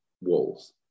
walls